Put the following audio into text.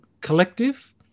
collective